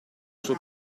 sua